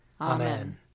Amen